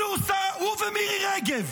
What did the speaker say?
הוא ומירי רגב.